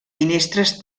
finestres